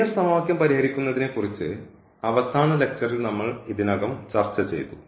linear സമവാക്യം പരിഹരിക്കുന്നതിനെ കുറിച്ച് അവസാന ലക്ച്ചറിൽ നമ്മൾ ഇതിനകം ചർച്ചചെയ്തു